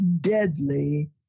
deadly